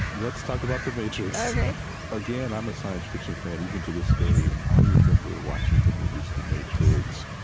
let's talk about the matrix ok again, i'm a science fiction fan even to this day and i remember watching the movies, the matrix.